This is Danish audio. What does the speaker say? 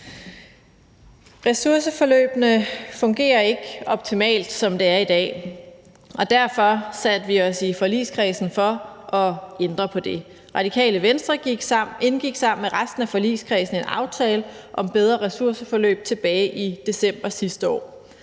Ressourceforløbene fungerer ikke optimalt, som det er i dag, og derfor satte vi os i forligskredsen for at ændre på det. Radikale Venstre indgik sammen med resten af forligskredsen en aftale om bedre ressourceforløb tilbage i december sidste år,